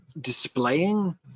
displaying